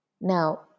Now